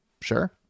sure